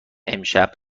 امشب